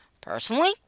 Personally